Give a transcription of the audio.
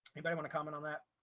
anybody want to comment on that?